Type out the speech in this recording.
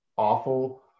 awful